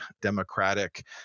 democratic